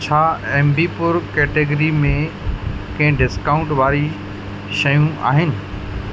छा एमबीपुर कैटेगरी में के डिस्काउंट वारी शयूं आहिनि